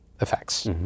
effects